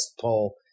poll